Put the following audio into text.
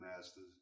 masters